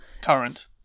Current